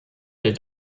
der